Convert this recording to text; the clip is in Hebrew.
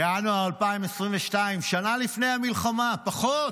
בינואר 2022, שנה לפני המלחמה, פחות,